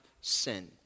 sin